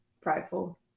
prideful